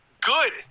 Good